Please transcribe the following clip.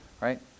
right